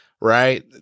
right